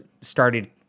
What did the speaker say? started